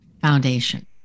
foundation